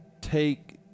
take